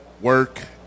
work